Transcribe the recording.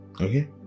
Okay